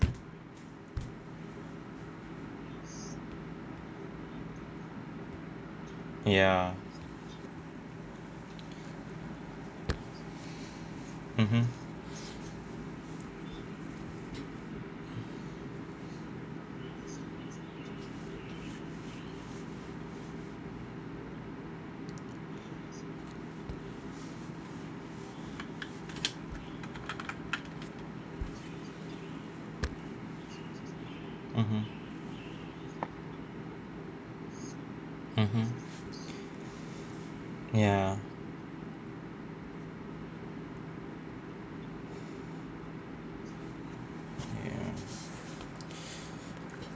ya mmhmm mmhmm mmhmm ya ya